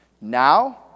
Now